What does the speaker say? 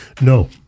No